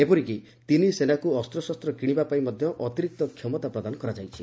ଏପରିକି ତିନି ସେନାକୁ ଅସ୍ତଶସ୍ତ କିଶିବାପାଇଁ ମଧ୍ୟ ଅତିରିକ୍ତ କ୍ଷମତା ପ୍ରଦାନ କରାଯାଇଛି